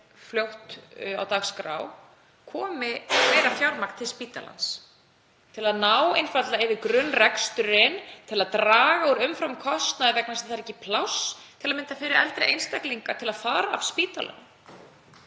fljótlega á dagskrá, komi meira fjármagn til spítalans til að ná yfir grunnreksturinn, til að draga úr umframkostnaði vegna þess að það er ekki pláss til að mynda fyrir eldri einstaklinga til að fara af spítalanum.